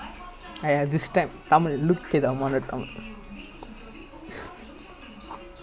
it's like stuttgart also lah like not